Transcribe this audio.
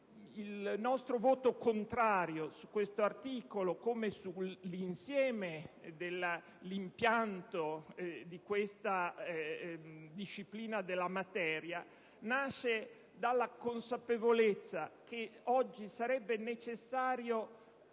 Il nostro voto contrario su questo articolo, come sull'insieme dell'impianto di questa disciplina della materia nasce dalla consapevolezza che oggi sarebbe necessario